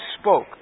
spoke